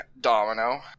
Domino